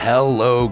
Hello